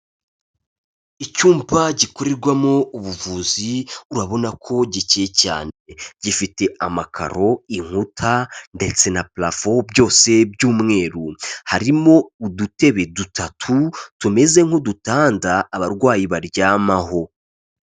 Icyumba gikorerwamo ubuvuzi, urabona ko gikiye cyane, gifite amakaro, inkuta ndetse na parafo byose by'umweru, harimo udutebe dutatu tumeze nk'udutanda abarwayi baryamaho.